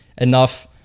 enough